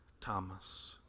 Thomas